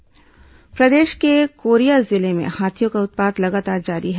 हाथी उत्पात प्रदेश के कोरिया जिले में हाथियों का उत्पात लगातार जारी है